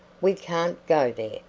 we can't go there,